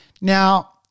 Now